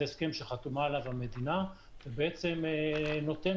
זה הסכם שחתומה עליו המדינה ובעצם הוא נותן